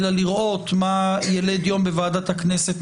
אלא לראות מה ילד יום בוועדת הכנסת,